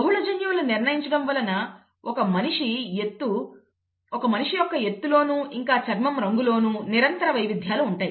బహుళ జన్యువులు నిర్ణయించడం వలన ఒక మనిషి యొక్క ఎత్తులోనూ ఇంకా చర్మం రంగులోనూ నిరంతర వైవిధ్యాలు ఉంటాయి